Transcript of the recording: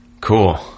Cool